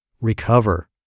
recover